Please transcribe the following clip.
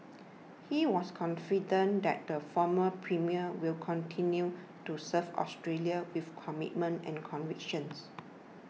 he was confident that the former premier will continue to serve Australia with commitment and convictions